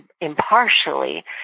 impartially